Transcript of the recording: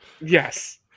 Yes